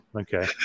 okay